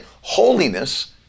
holiness